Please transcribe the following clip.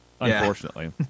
Unfortunately